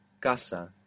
casa